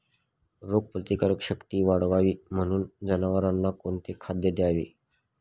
रोगप्रतिकारक शक्ती वाढावी म्हणून जनावरांना कोणते खाद्य द्यावे?